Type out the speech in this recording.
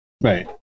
right